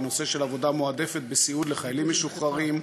בנושא של עבודה מועדפת בסיעוד לחיילים משוחררים,